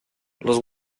los